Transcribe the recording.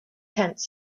tents